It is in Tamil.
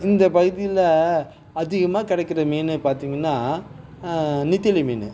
இந்தப் பகுதியில் அதிகமாக கிடைக்கிற மீன் பார்த்தீங்கன்னா நெத்திலி மீன்